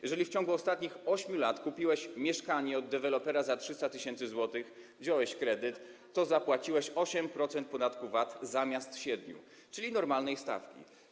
Jeżeli w ciągu ostatnich 8 lat kupiłeś mieszkanie od dewelopera za 300 tys. zł, wziąłeś kredyt, to zapłaciłeś 8% podatku VAT zamiast 7, czyli normalnej stawki.